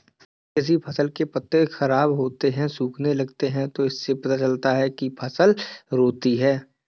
यदि किसी फसल के पत्ते खराब होते हैं, सूखने लगते हैं तो इससे पता चलता है कि फसल रोगी है